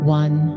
one